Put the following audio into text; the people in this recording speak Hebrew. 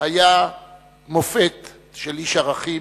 היה מופת של איש ערכים,